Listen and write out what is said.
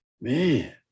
Man